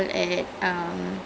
okay